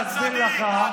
הצדיק.